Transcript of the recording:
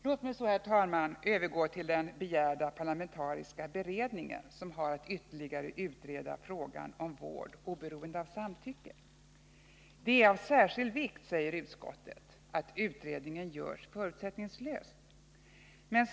Låt mig så, herr talman, övergå till den begärda parlamentariska beredningen, som har att ytterligare utreda frågan om vård oberoende av samtycke. Det är av särskild vikt, säger utskottet, att utredningen görs förutsättningslöst.